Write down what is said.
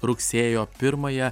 rugsėjo pirmąją